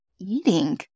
eating